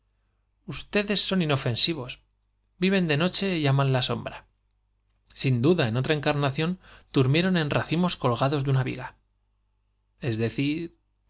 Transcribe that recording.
ustedes son inofensivos viven de ustedes noche y aman la sombra sin duda en otra encarna ele viga ción durmieron en racimos colgados una es decir